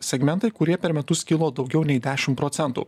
segmentai kurie per metus kilo daugiau nei dešim procentų